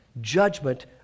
judgment